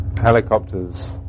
helicopters